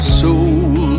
soul